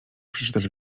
przeczytasz